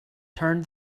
turned